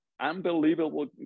unbelievable